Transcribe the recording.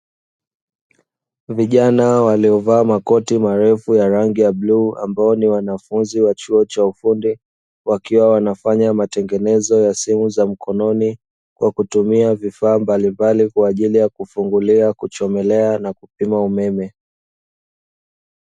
Vijana waliovaa makoti marefu ya rangi ya bluu, ambao ni wanafunzi wa chuo cha ufundi wakiwa wanafanya matengenezo ya simu za mkononi kwa kutumia vifaa mbalimbali kwa ajili ya kufunguliwa, kuchomelea na kupima umeme.